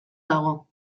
dago